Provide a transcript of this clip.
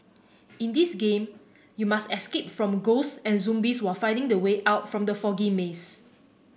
in this game you must escape from ghosts and zombies while finding the way out from the foggy maze